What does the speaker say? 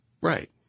Right